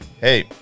Hey